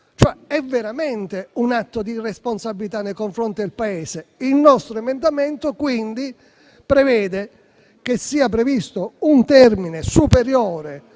È veramente un atto di irresponsabilità nei confronti del Paese. Il nostro emendamento prevede invece che sia previsto un termine superiore,